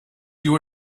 you